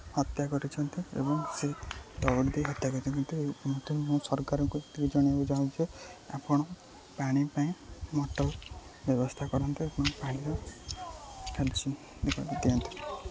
ହତ୍ୟା କରିଛନ୍ତି ଏବଂ ସେ ଦୌଡ଼ି ଦେଇ ହତ୍ୟା କରିଛନ୍ତି ମୁଁ ସରକାରଙ୍କୁ ଏତିକି ଜଣାଇବାକୁ ଚାହୁଁଚି ଆପଣ ପାଣି ପାଇଁ ମୋଟର୍ ବ୍ୟବସ୍ଥା କରନ୍ତେ ଏବଂ ପାଣିର ଦିଅନ୍ତେ